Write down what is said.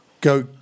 go